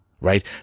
Right